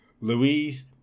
Louise